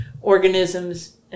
organisms